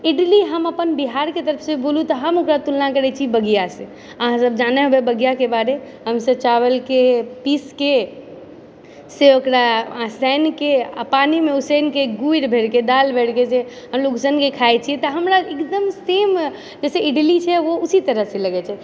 इडली हम अपन बिहारके तरफ से बोलु तऽ हम ओकरा तुलना करै छी बगिया से अहाँ सब जानै हेबै बगियाके बारे हमसब चावलके पीसके से ओकरा साइनके आ पानिमे उसैनके गुड़ भैरके दालि भैरके जे हमलोग सङ्गें खाय छियै तऽ हमरा एकदम सेम जइसे इडली छै ओ उसी तरह से लगै छै